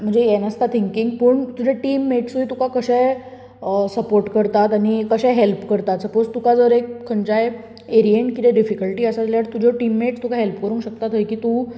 म्हणजे हें नासता थिंकिंग पूण तुजे टिममेट्सूय तुका कशे सपाॅर्ट करतात आनी कशें हेल्प करतात सपाॅज तुका जर एक खंयच्याय एरियेन किदें डिफिकल्टीज आसा जाल्यार टिममेट्स तुका हेल्प करूंक शकता थंय की तूं